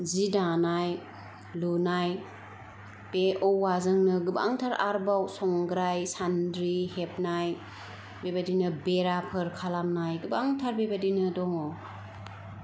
जि दानाय लुनाय बे औवाजोंनो गोबां थार आरबाव संग्राय सान्द्रि हेबनाय बे बायदिनो बेराफोर खालामनाय गोबां थार बे बायदिनो दङ